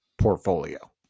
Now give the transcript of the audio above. portfolio